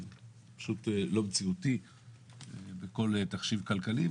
זה פשוט לא מציאותי בכל תחשיב כלכלי,